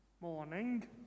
Morning